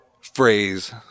phrase